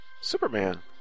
Superman